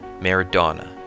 Maradona